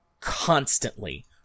constantly